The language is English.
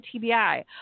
TBI